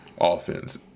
offense